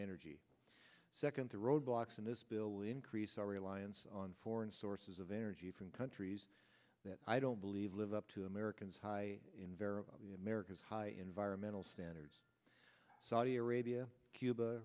energy second to roadblocks in this bill will increase our reliance on foreign sources of energy from countries that i don't believe live up to americans high in vera the america's high environmental standards saudi arabia cuba